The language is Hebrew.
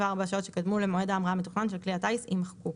השעות שקדמו למועד ההמראה המתוכנן של כלי הטיס" יימחקו.